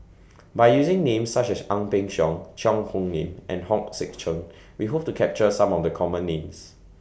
By using Names such as Ang Peng Siong Cheang Hong Lim and Hong Sek Chern We Hope to capture Some of The Common Names